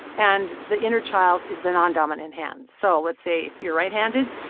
and the inner child is the non-dominant hand. so let's say if you're right-handed,